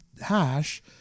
Hash